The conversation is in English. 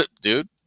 dude